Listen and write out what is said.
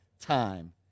time